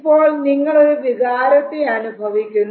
ഇപ്പോൾ നിങ്ങൾ ഒരു വികാരത്തെ അനുഭവിക്കുന്നു